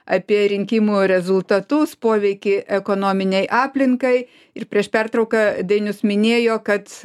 apie rinkimų rezultatus poveikį ekonominei aplinkai ir prieš pertrauką dainius minėjo kad